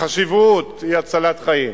החשיבות היא הצלת חיים.